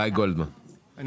גיא גולדמן, בבקשה.